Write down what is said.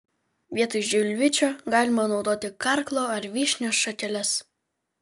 vietoj žilvičio galima naudoti karklo ar vyšnios šakeles